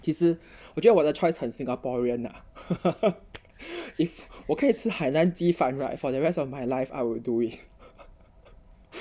其实我觉得我的 choice 很 singaporean lah if 我可以吃海南鸡饭 right for the rest of my life I will do it